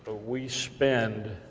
we spend